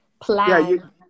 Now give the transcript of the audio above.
plan